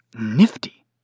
Nifty